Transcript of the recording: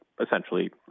essentially